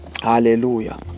hallelujah